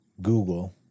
Google